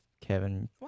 Kevin